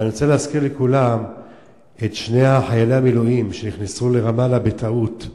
אבל אני רוצה להזכיר לכולם את שני חיילי המילואים שנכנסו לרמאללה בטעות,